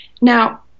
Now